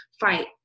fight